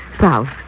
South